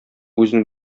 үзен